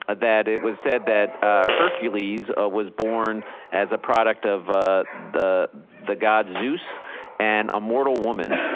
ah that it was said that hercules was born as a product of the the god zeus and a mortal woman.